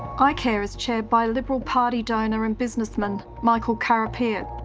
ah icare is chaired by liberal party donor and businessman michael carapiet.